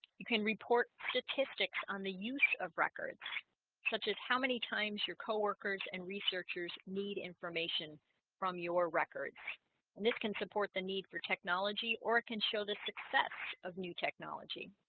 you can report statistics on the use of records such as how many times your coworkers and researchers need information from your records and this can support the need for technology or it can show the success of new technology